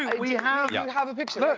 we have yeah have a picture.